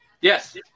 Yes